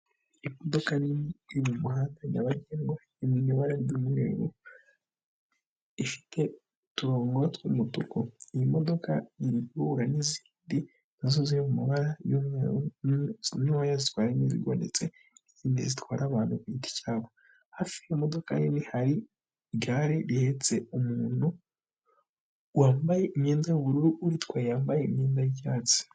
Imodoka nini iri mumuhanda nyabagendwa imibaremweru ifite utumo twumutuku iyi modoka ihura n'izindi nazuzuye mumabara y'umweru ntoya zitwara mizigo ndetse n'izindi zitwara abantu ku gidi cyabo hafi yimodoka nini hari igare rihetse umuntu wambaye imyenda yubuubururu utwa yambaye imyenda y'icyatsi.